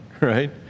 right